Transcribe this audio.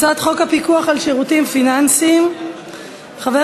הפיקוח על שירותים פיננסיים (ביטוח) (תיקון,